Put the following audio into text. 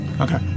okay